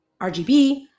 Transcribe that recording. RGB